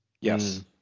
Yes